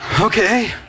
Okay